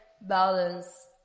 balance